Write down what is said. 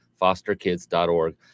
fosterkids.org